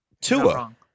Tua